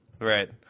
Right